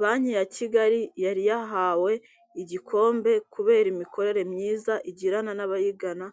Banki ya Kigali yari yahawe igikombe kubera imikorere myiza igirana n'abayigana,